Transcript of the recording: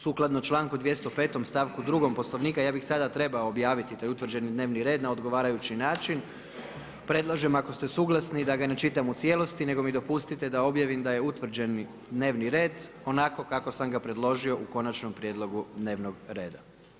Sukladno članku 205. stavku 2. Poslovnika, ja bih sada trebao objaviti taj utvrđeni dnevni na odgovarajući način, predlažem ako ste suglasni da ga ne čitam u cijelosti nego mi dopustite da objavim da je utvrđeni dnevni red onako kako sam ga predložio u konačnom prijedlogu dnevnog reda.